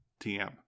TM